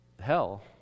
hell